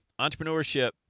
entrepreneurship